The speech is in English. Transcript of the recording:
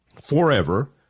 forever